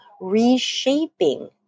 reshaping